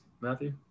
Matthew